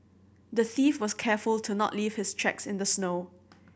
the thief was careful to not leave his tracks in the snow